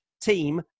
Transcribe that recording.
team